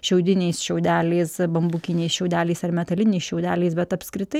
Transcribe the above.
šiaudiniais šiaudeliais bambukiniais šiaudeliais ar metaliniais šiaudeliais bet apskritai